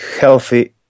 healthy